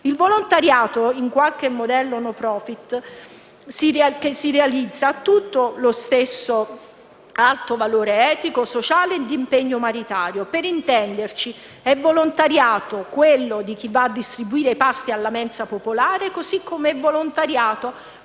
Il volontariato, in qualunque modello *no profit* si realizza, ha tutto lo stesso alto valore etico, sociale e di impegno umanitario. Per intenderci, è volontariato quello di chi va a distribuire i pasti alla mensa popolare, così come è volontariato